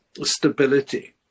stability